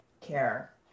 care